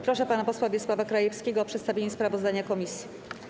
Proszę pana posła Wiesława Krajewskiego o przedstawienie sprawozdania komisji.